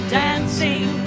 dancing